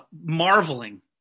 marveling